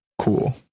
cool